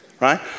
right